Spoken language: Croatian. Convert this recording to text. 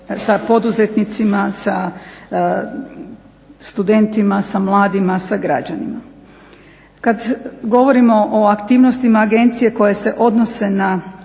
sa poduzetnicima, sa studentima, sa mladima, sa građanima. Kad govorimo o aktivnostima agencije koje se odnose na